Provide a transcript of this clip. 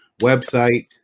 website